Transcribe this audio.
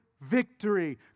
victory